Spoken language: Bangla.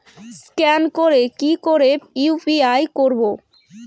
স্ক্যান করে কি করে ইউ.পি.আই করবো?